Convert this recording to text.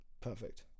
Perfect